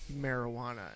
marijuana